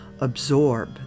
absorb